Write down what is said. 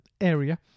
area